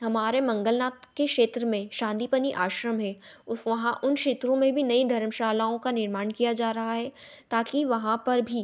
हमारे मंगलनाथ के क्षेत्र में संदीपनी आश्रम है उस वहाँ उन क्षेत्रों में भी नई धर्मशालाओं का निर्माण किया जा रहा है ताकि वहाँ पर भी